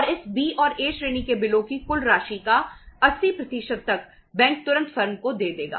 और इस बी श्रेणी के बिलों की कुल राशि का 80 तक बैंक तुरंत फर्म को दे देगा